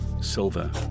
Silver